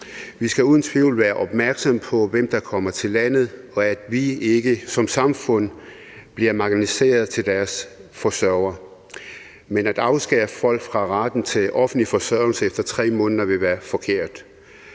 Vi skal uden tvivl være opmærksomme på, hvem der kommer til landet, og at vi ikke som samfund bliver marginaliseret til deres forsørger, men at afskære folk fra retten til offentlig forsørgelse efter 3 måneder vil være forkert.